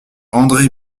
andré